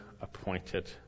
appointed